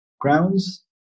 grounds